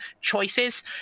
choices